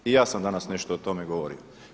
I ja sam danas nešto o tome govorio.